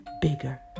bigger